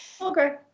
Okay